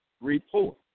report